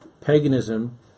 paganism